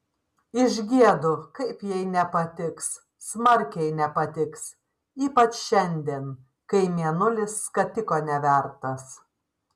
išgiedu kaip jai nepatiks smarkiai nepatiks ypač šiandien kai mėnulis skatiko nevertas